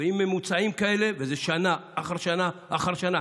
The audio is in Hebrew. עם ממוצעים כאלה שנה אחר שנה אחר שנה.